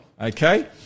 Okay